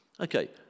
Okay